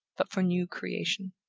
but for new creation.